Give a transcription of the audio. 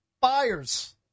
buyers